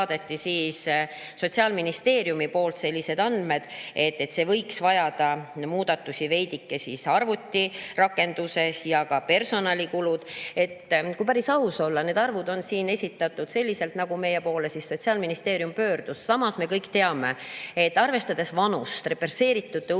meile Sotsiaalministeeriumist sellised andmed, et see võiks vajada veidike muudatusi arvutirakenduses, ja ka personalikulud. Kui päris aus olla, need arvud on siin esitatud selliselt, nagu meie poole Sotsiaalministeerium pöördus. Samas me kõik teame, arvestades represseeritute